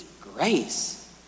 grace